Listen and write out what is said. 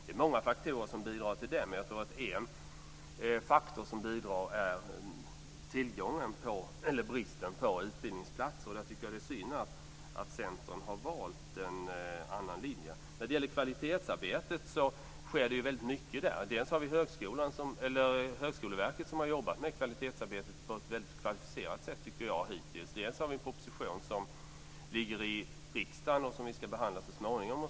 Det är många faktorer som bidrar till den, men jag tror att en faktor som bidrar är bristen på utbildningsplatser. Jag tycker att det är synd att Centern har valt en annan linje. När det gäller kvalitetsarbetet sker det väldigt mycket. Dels har vi Högskoleverket, som jag tycker hittills har jobbat med kvalitetsarbetet på ett mycket kvalificerat sätt, dels har vi en proposition som lämnats till riksdagen och som vi ska behandla så småningom.